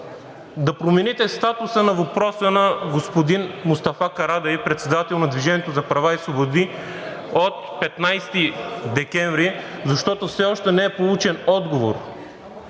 да промените статуса на въпроса на господин Мустафа Карадайъ – председател на „Движение за права и свободи“ от 15 декември, защото все още не е получен отговор